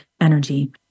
energy